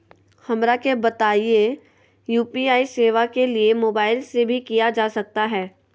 हमरा के बताइए यू.पी.आई सेवा के लिए मोबाइल से भी किया जा सकता है?